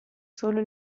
solo